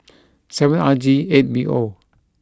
seven R G eight B O